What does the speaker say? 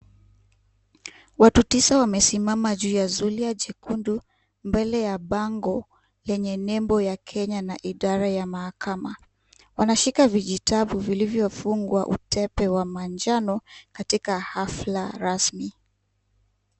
Watu tisa wamesimama juu ya zulia jekundu mbele ya bango yenye nembo e na idara ya mahakama. Wanashika vijitabu vilivyofungwa na tepe wa manjano katika hafla rasmi